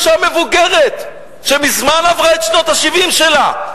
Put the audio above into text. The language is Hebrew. זו אשה מבוגרת, שמזמן עברה את שנות ה-70 שלה.